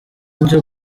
bityo